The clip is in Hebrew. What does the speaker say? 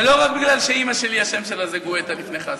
ולא רק כי אימא שלי, השם שלה זה גואטה לפני חזן.